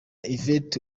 yvette